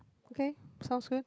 okay sounds good